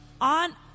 On